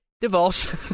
divorce